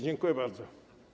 Dziękuję bardzo.